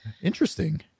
interesting